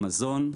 המזון,